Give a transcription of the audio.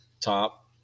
top